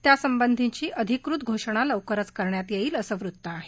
त्यासंबंधीची अधिकृत घोषणा लवकरच करण्यात येईल असं वृत्त आहे